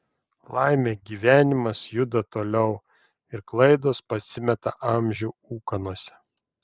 laimė gyvenimas juda toliau ir klaidos pasimeta amžių ūkanose